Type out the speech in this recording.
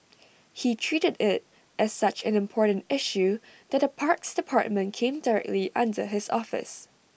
he treated IT as such an important issue that the parks department came directly under his office